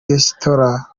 resitora